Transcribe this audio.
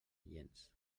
gens